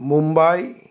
Mumbai